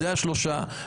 אלה השלושה.